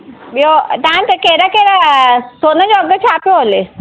ॿियो तव्हांजे इते कहिड़ा कहिड़ा सोन जो अघु छा पियो हले